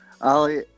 Ali